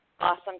awesome